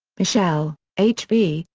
michel, h. v,